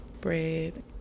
Bread